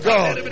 God